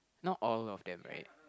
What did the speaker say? not all of them right